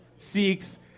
seeks